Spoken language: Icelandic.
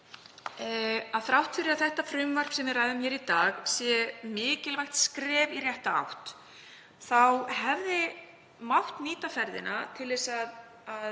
að þrátt fyrir það frumvarp sem við ræðum í dag að sé mikilvægt skref í rétta átt hefði mátt nýta ferðina til að